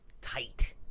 Tight